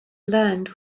land